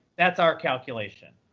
that's our calculation.